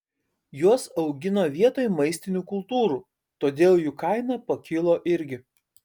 juos augino vietoj maistinių kultūrų todėl jų kaina pakilo irgi